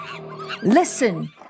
Listen